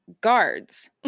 guards